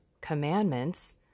commandments